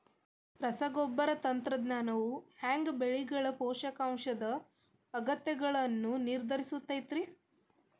ರಸಗೊಬ್ಬರ ತಂತ್ರಜ್ಞಾನವು ಹ್ಯಾಂಗ ಬೆಳೆಗಳ ಪೋಷಕಾಂಶದ ಅಗತ್ಯಗಳನ್ನ ನಿರ್ಧರಿಸುತೈತ್ರಿ?